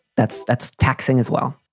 that's that's taxing as well.